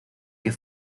que